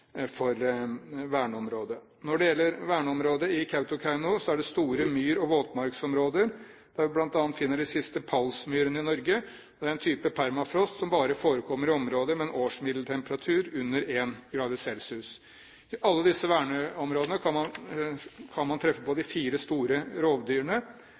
verneområdet. Når det gjelder verneområdet i Kautokeino, er det store myr- og våtmarksområder, der vi bl.a. finner de siste palsmyrene i Norge, med en type permafrost som bare forekommer i områder med en årsmiddeltemperatur under ÷1 °C. I alle disse verneområdene kan man treffe på